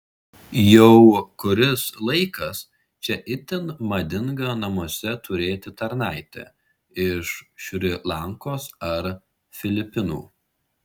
jau kuris laikas čia itin madinga namuose turėti tarnaitę iš šri lankos ar filipinų